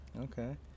Okay